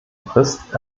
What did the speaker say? frist